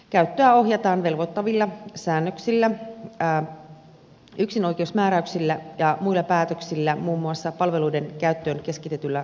käyttöä ohjataan velvoittavilla säännöksillä yksinoikeusmääräyksillä ja muilla päätöksillä muun muassa palveluiden käyttöön keskitetyllä rahoituksella